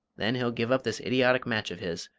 then he'll give up this idiotic match of his